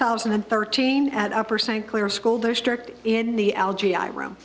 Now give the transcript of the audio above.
thousand and thirteen at upper st clair school district in the algae